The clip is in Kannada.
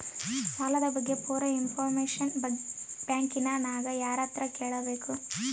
ಸಾಲದ ಬಗ್ಗೆ ಪೂರ ಇಂಫಾರ್ಮೇಷನ ಬ್ಯಾಂಕಿನ್ಯಾಗ ಯಾರತ್ರ ಕೇಳಬೇಕು?